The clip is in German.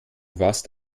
warst